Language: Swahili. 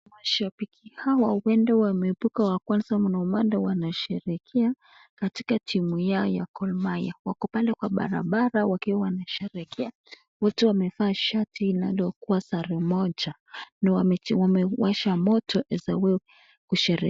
Mashabiki hawa huenda wameibuka wa kwanza na ndo maana wanasherekea katika timu yao ya Gor mahia, wako pale kwa barabara wakiwa wanasherekea, wote wamevaa shati inalokuwa sare moja na wamewasha moto as a way of kusherekea.